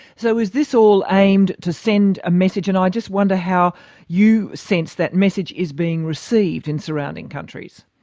so is this all aimed to send a message? and i just wonder how you sense that message is being received in surrounding countries.